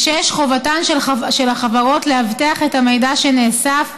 6. חובתן של החברות לאבטח את המידע שנאסף